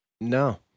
No